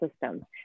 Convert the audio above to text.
system